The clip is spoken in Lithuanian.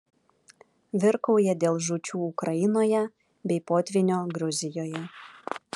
virkauja dėl žūčių ukrainoje bei potvynio gruzijoje